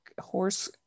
horse